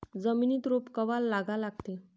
जमिनीत रोप कवा लागा लागते?